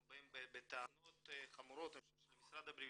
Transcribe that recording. אנחנו באים בטענות חמורות למשרד הבריאות.